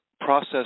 process